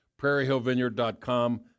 prairiehillvineyard.com